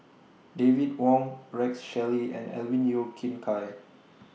David Wong Rex Shelley and Alvin Yeo Khirn Hai